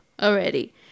already